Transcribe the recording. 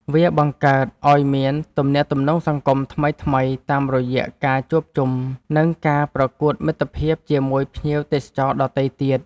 វាបង្កើតឱ្យមាន ទំនាក់ទំនងសង្គមថ្មីៗតាមរយៈការជួបជុំ និងការប្រកួតមិត្តភាពជាមួយភ្ញៀវទេសចរដទៃទៀត។